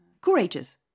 courageous